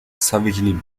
savagely